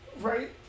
Right